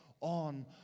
on